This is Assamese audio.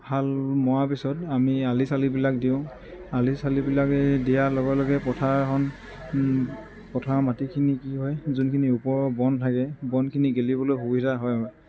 হাল মৰা পিছত আমি আলি চালিবিলাক দিওঁ আলি চালিবিলাক এই দিয়াৰ লগে লগে পথাৰখন পথাৰৰ মাটিখিনি কি হয় যোনখিনি ওপৰৰ বন থাকে বনখিনি গেলিবলৈ সুবিধা হয়